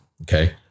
okay